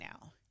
now